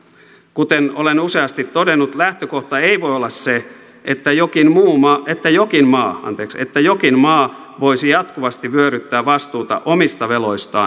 kuten olen useasti todennut lähtökohta ei voi olla se että jokin muu maa että jokin maa anteeksi että jokin maa voisi jatkuvasti vyöryttää vastuuta omista veloistaan muille